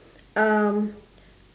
um